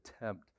attempt